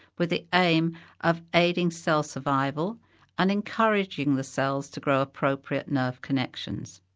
with the aim of aiding cell survival and encouraging the cells to grow appropriate nerve connections.